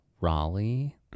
Raleigh